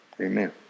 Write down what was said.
Amen